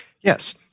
Yes